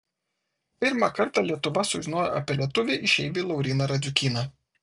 pirmą kartą lietuva sužinojo apie lietuvį išeivį lauryną radziukyną